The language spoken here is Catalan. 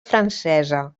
francesa